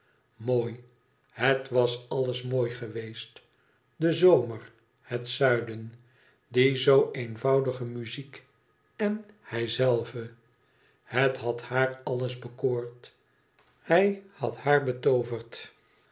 mooi het was alles mooi geweest de zomer het zuiden die zoo eenvoudige muziek en hijzelve het had haar alles bekoord hij had haar betooverd